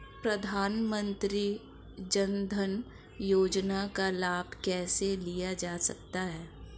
प्रधानमंत्री जनधन योजना का लाभ कैसे लिया जा सकता है?